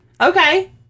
Okay